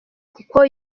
kuko